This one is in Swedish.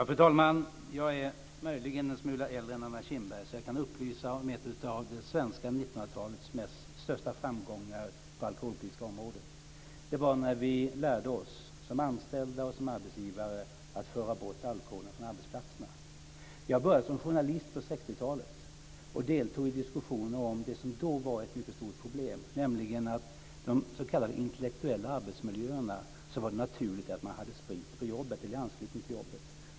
Fru talman! Jag är möjligen en smula äldre än Anna Kinberg så jag kan upplysa om en av 1900 talets största svenska framgångar på det alkoholpolitiska området. Det var när vi som anställda och som arbetsgivare lärde oss att föra bort alkoholen från arbetsplatserna. Jag började som journalist på 60-talet och deltog i diskussionen om det som då var ett mycket stort problem, nämligen att det i de s.k. intellektuella arbetsmiljöerna var naturligt att ha sprit på jobbet eller i anslutning till jobbet.